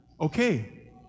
Okay